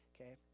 okay